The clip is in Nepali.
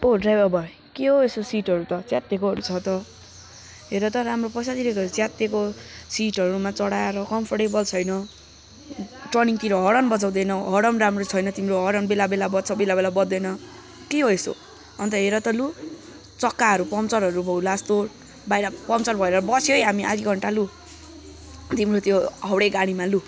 ओ ड्राइवभर भाइ के हो यस्तो सिटहरू त च्यातिएकोहरू छ त हेर त राम्रो पैसा तिरेको त च्यातिएको सिटहरूमा चढाएर कम्फर्टेबल छैन टर्निङतिर हरन बजाउँदैनौ हरन राम्रो छैन तिम्रो हरन बेला बेला बज्छ बेला बेला बज्दैन के हो यस्तो अन्त हेर त लु चक्काहरू पङ्चरहरू होला जस्तो पङ्चर भएर बस्यो है लु हामी आधा घन्टा लु तिम्रो त्यो हाउडे गाडिमा लु